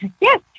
yes